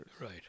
Right